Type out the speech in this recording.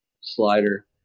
slider